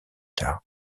tard